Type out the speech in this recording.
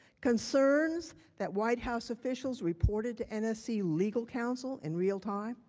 concerns that white house officials reported to nfc legal counsel in realtime